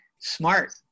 smart